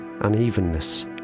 unevenness